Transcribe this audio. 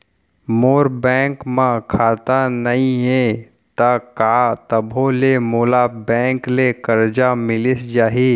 मोर bank म खाता नई हे त का तभो ले मोला बैंक ले करजा मिलिस जाही?